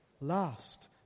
last